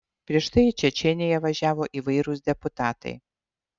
prieš tai į čečėniją važiavo įvairūs deputatai